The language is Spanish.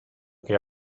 que